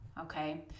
okay